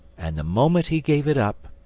and the moment he gave it up,